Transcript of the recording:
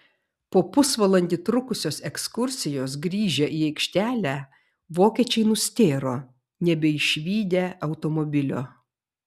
po pusvalandį trukusios ekskursijos grįžę į aikštelę vokiečiai nustėro nebeišvydę automobilio